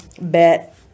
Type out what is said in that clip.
Bet